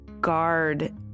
guard